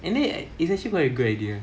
and then it's actually quite a good idea